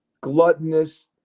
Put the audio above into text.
gluttonous